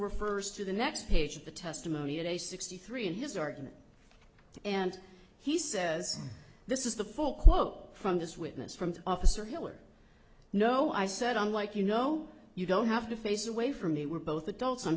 refers to the next page of the testimony today sixty three in his argument and he says this is the full quote from this witness from officer hill or no i said i'm like you know you don't have to face away from me we're both adults i'm